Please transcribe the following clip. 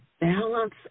balance